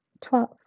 Twelve